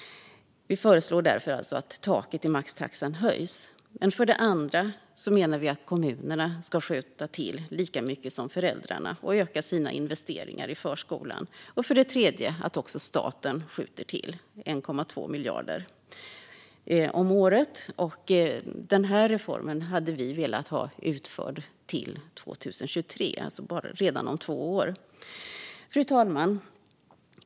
Vi föreslår därför att taket i maxtaxan höjs. För det andra menar vi att kommunerna ska skjuta till lika mycket som föräldrarna och öka sina investeringar i förskolan. För det tredje vill vi att också staten skjuter till 1,2 miljarder kronor om året. Den här reformen hade vi velat ha utförd till 2023, alltså redan om två år. Fru talman!